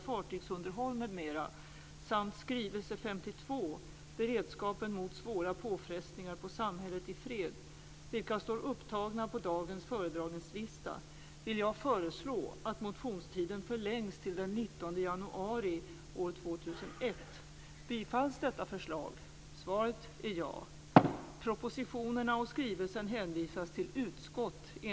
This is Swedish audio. Förberedelserna inför julen och helgerna väntar.